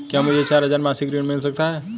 क्या मुझे चार हजार मासिक ऋण मिल सकता है?